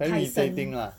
damn irritating lah